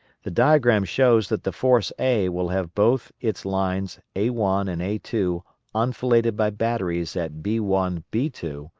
the diagram shows that the force a will have both its lines a one and a two enfiladed by batteries at b one b two,